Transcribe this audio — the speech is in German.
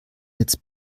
jetzt